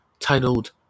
Titled